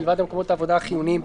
מלבד מקומות עבודה חיוניים,